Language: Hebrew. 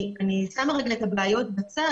אני שמה רגע את הבעיות בצד,